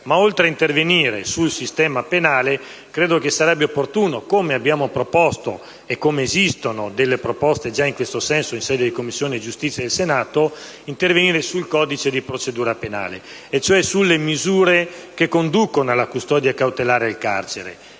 Oltre ad intervenire sul sistema penale, reputo opportuno - come abbiamo proposto, ed esistono già proposte in tal senso in sede di Commissione giustizia del Senato - intervenire sul codice di procedura penale, ossia su quelle misure che conducono alla custodia cautelare e al carcere.